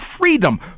freedom